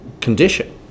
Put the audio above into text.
condition